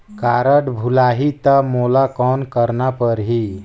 Card भुलाही ता मोला कौन करना परही?